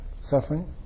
suffering